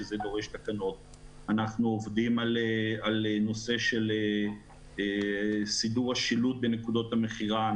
שזה דורש תקנות; אנחנו עובדים על נושא של סידור השילוט בנקודות המכירה.